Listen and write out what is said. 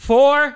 Four